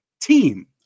team